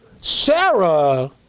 Sarah